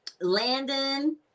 Landon